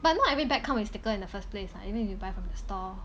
but not every bag come with sticker in the first place what even if you buy from the store